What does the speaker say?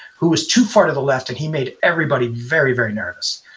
who was too far to the left. and he made everybody very, very nervous.